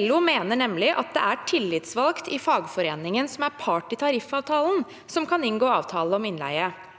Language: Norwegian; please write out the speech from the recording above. LO mener nemlig at det er tillitsvalgt i fagforeningen som er part i tariffavtalen, som kan inngå avtale om innleie.